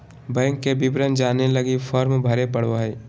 bank के विवरण जाने लगी फॉर्म भरे पड़ो हइ